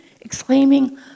exclaiming